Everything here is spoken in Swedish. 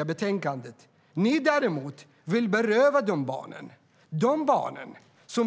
i betänkandet. Ni sverigedemokrater vill däremot beröva de barnen det.